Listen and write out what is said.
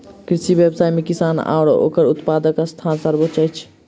कृषि व्यवसाय मे किसान आ ओकर उत्पादकक स्थान सर्वोच्य अछि